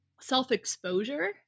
self-exposure